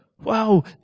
Wow